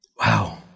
Wow